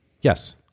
yes